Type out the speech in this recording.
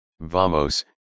vamos